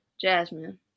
Jasmine